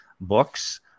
books